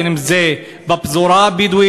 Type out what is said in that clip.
בין אם זה בפזורה הבדואית,